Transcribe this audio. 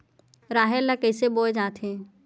राहेर ल कइसे बोय जाथे?